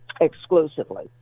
exclusively